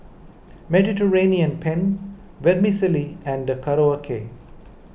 Mediterranean Penne Vermicelli and Korokke